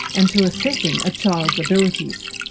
and to assessing a child's abilities.